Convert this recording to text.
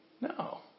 No